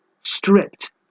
stripped